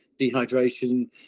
dehydration